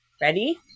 Ready